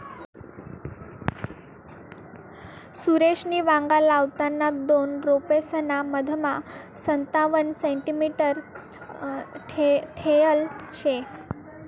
सुरेशनी वांगा लावताना दोन रोपेसना मधमा संतावण सेंटीमीटर ठेयल शे